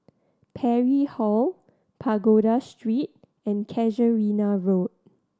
Parry Hall Pagoda Street and Casuarina Road